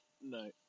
no